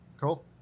Cool